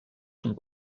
sont